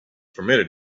permitted